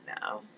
now